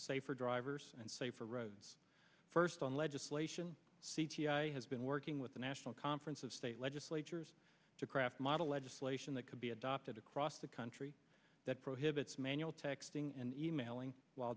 safer drivers and safer roads first on legislation c g i has been working with the national conference of state legislatures to craft model legislation that could be adopted across the country that prohibits manual texting and e mailing while